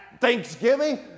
Thanksgiving